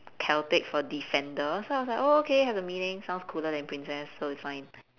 celtic for defender so I was like oh okay has a meaning sounds cooler than princess so it's fine